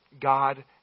God